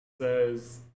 says